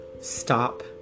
stop